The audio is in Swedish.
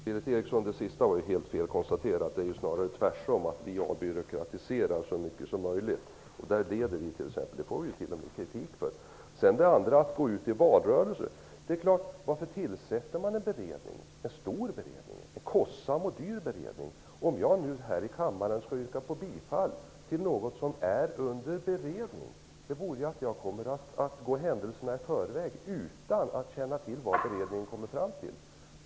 Herr talman! Det sista var ju helt fel, Berith Eriksson. Det är snarare tvärtom. Vi avbyråkratiserar så mycket som möjligt. Där leder vi. Det får vi t.o.m. kritik för. Sedan detta med att gå ut i valrörelsen. Varför tillsätter man en stor, kostsam och dyr beredning om jag här i kammaren skall yrka bifall till något som är under beredning? Det vore ju att gå händelserna i förväg utan att känna till vad beredningen kommer fram till.